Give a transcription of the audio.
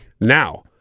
Now